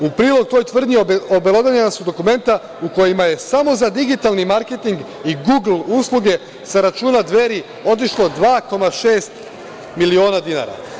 U prilog toj tvrdnji obelodanjena su dokumenta u kojima je samo za digitalni marketing i gugl usluge sa računa Dveri otišlo 2,6 miliona dinara.